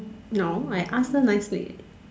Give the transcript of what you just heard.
no I ask her nicely